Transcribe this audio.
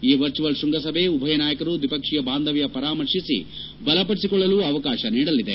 ಈ ವರ್ಚುಯಲ್ ಶ್ವಂಗಸಭೆ ಉಭಯ ನಾಯಕರು ದ್ವಿಪಕ್ಷೀಯ ಬಾಂಧವ್ಯ ಪರಾಮರ್ಶಿಸಿ ಬಲಪಡಿಸಿಕೊಳ್ಳಲು ಅವಕಾಶ ನೀಡಲಿದೆ